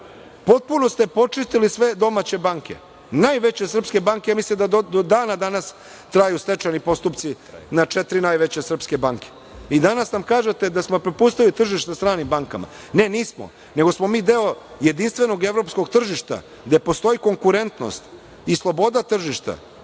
Potpuno ste počistili sve domaće banke. Mislim da do dan-danas traju stečajni postupci za četiri najveće srpske banke. I danas nam kažete da smo prepustili tržište stranim bankama. Ne, nismo, nego smo mi deo jedinstvenog evropskog tržišta, gde postoji konkurentnost i sloboda tržišta.